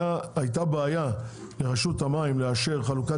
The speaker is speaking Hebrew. הייתה בעיה לרשות המים לאשר חלוקת